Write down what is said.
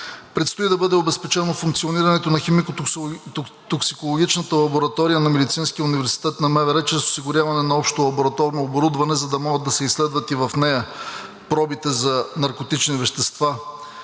Предстои да бъде обезпечено функционирането на химико-токсикологичната лаборатория на Медицинския университет на МВР, чрез осигуряване на общо лабораторно оборудване, за да могат да се изследват и в нея пробите за наркотични вещества